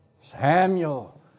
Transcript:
Samuel